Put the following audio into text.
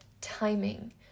timing